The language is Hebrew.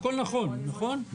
אם נוכל נציג,